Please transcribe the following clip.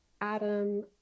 Adam